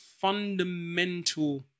fundamental